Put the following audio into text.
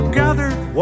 gathered